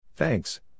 Thanks